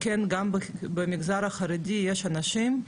גם במגזר החרדי יש אנשים,